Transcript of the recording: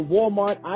Walmart